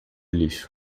lixo